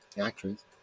Actress